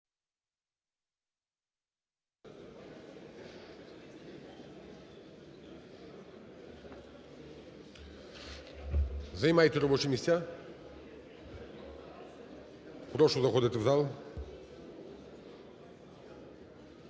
Займайте робочі місця. Прошу заходити в зал.